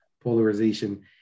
polarization